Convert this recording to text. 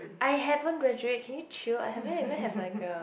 I haven't graduate okay chill I haven't even have like a